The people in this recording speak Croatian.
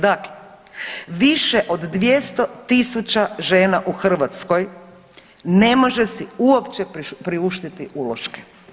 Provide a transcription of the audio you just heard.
Dakle, više od 200.000 žena u Hrvatskoj ne može si uopće priuštiti uloške.